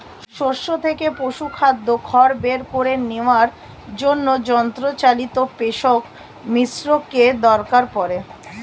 শস্য থেকে পশুখাদ্য খড় বের করে নেওয়ার জন্য যন্ত্রচালিত পেষক মিশ্রকের দরকার পড়ে